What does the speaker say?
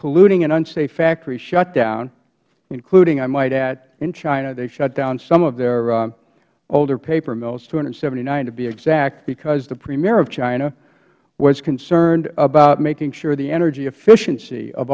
polluting and unsafe factory shut down including i might add in china they shut down some of their older paper mills two hundred and seventy nine to be exact because the premier of china was concerned about making sure the energy efficiency of